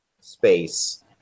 space